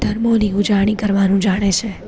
ધર્મોની ઊજાણી કરવાનું જાણે છે